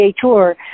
Tour